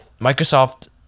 Microsoft